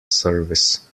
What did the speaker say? service